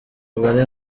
umugani